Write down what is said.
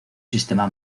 sistema